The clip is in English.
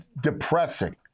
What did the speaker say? depressing